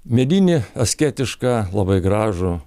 medinį asketišką labai gražų